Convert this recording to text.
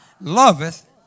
loveth